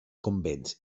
convents